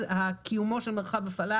קיומו של מרחב הפעלה,